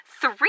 three